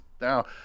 now